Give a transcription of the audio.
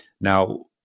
Now